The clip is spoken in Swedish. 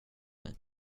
mig